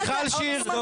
זה הוא.